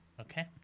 Okay